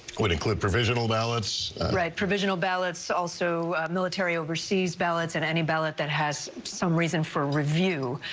what include provisional ballots right provisional ballots also military overseas ballots in any ballot that has some reason for review.